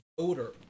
voter